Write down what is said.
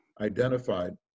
identified